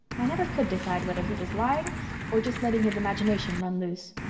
i never could decide whether he was lying or just letting his imagination run loose.